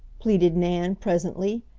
pleaded nan presently.